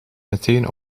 meteen